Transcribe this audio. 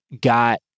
got